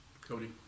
Cody